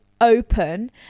open